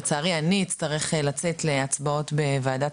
כי לצערי אני אצטרך לצאת להצבעות בוועדת